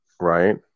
right